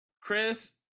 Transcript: chris